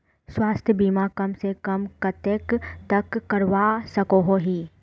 स्वास्थ्य बीमा कम से कम कतेक तक करवा सकोहो ही?